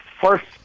first